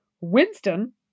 Winston